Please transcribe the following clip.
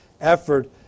effort